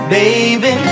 baby